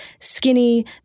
skinny